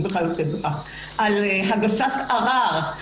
על הגשת ערר,